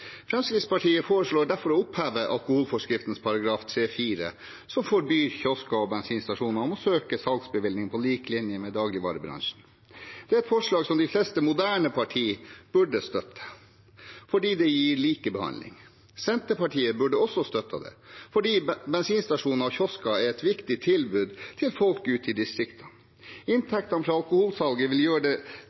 Fremskrittspartiet foreslår derfor å oppheve alkoholforskriftens § 3-4, som forbyr kiosker og bensinstasjoner å søke salgsbevilling på lik linje med dagligvarebransjen. Det er et forslag som de fleste moderne partier burde støtte, fordi det gir likebehandling. Senterpartiet burde også støttet det, fordi bensinstasjoner og kiosker er et viktig tilbud til folk ute i distriktene. Inntektene fra alkoholsalget vil gjøre